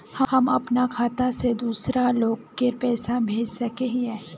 हम अपना खाता से दूसरा लोग के पैसा भेज सके हिये?